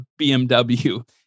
BMW